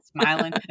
smiling